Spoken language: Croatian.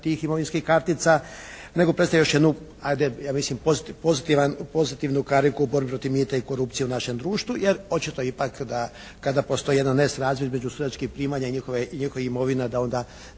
tih imovinskih kartica nego predstavlja još jednu, ajde, ja mislim pozitivan, pozitivnu kariku u borbi protiv mita i korupcije u našem društvu jer očito je ipak da kada postoji jedan nesrazmjer između sudačkih primanja i njihovih imovina da onda